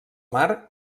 mar